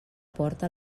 porta